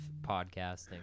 podcasting